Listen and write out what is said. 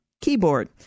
keyboard